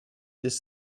this